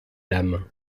l’âme